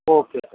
okay sir